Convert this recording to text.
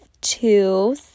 two